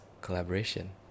collaboration